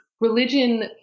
religion